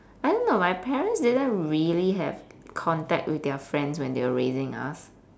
I don't know my parents didn't really have contact with their friends when they were raising us